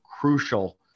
crucial